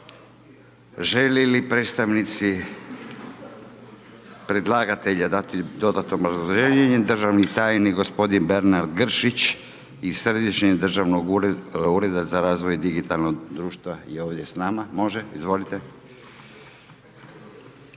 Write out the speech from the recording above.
predlagatelje dati dodatno obrazloženje, državni tajnik, gospodin Bernard Gršić iz središnjeg državnog ureda za razvoj digitalnog društva je ovdje s nama, može izvolite.